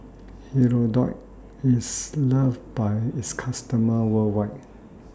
Hirudoid IS loved By its customers worldwide